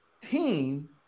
team